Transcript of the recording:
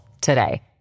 today